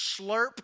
slurp